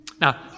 Now